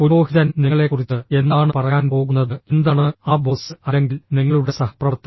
പുരോഹിതൻ നിങ്ങളെക്കുറിച്ച് എന്താണ് പറയാൻ പോകുന്നത് എന്താണ് ആ ബോസ് അല്ലെങ്കിൽ നിങ്ങളുടെ സഹപ്രവർത്തകൻ